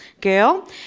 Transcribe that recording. girl